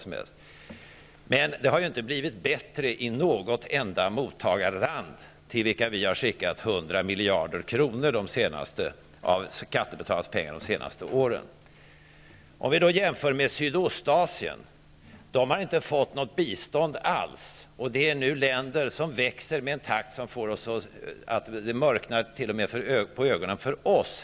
Men det har ju inte blivit bättre i något av mottagarländerna, till vilka vi har skickat 100 miljarder kronor av skattebetalarnas pengar under de senaste åren. Sydostasien, däremot, har inte fått något bistånd alls. Det rör sig om länder som växer med en takt som gör att det mörknar för ögonen t.o.m. på oss.